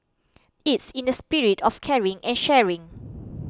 it's in the spirit of caring and sharing